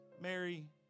Mary